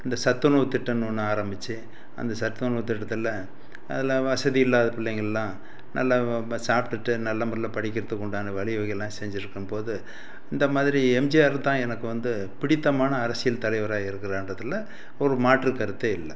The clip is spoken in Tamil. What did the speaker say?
இந்த சத்துணவு திட்டம்னு ஒன்று ஆரம்பித்து அந்த சத்துணவு திட்டத்தில் அதில் வசதி இல்லாத பிள்ளைங்கள்லாம் நல்லா சாப்பிட்டுட்டு நல்ல முறையில் படிக்கிறதுக்கு உண்டான வழிவகை எல்லாம் செஞ்சிருக்கும் போது இந்த மாதிரி எம்ஜிஆர் தான் எனக்கு வந்து பிடித்தமான அரசியல் தலைவராக இருக்குறார்ன்றதி ஒரு மாற்றுக்கருத்தே இல்லை